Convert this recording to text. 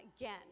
again